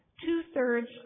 Two-thirds